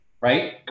right